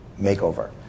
makeover